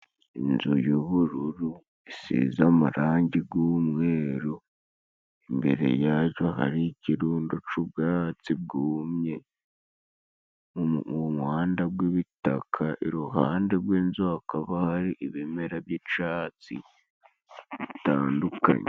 Inzu y'ubururu isize amarangi g'umweruru, imbere yajo hari ikirundo c'ubwatsi bwumye, mu muhanda gw'ibitaka iruhande rw'inzu hakaba hari ibimera by'icatsi bitandukanye.